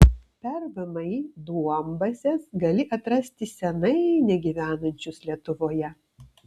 per vmi duombazes gali atrasti senai negyvenančius lietuvoje